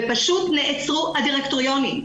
ופשוט נעצרו הדירקטוריונים.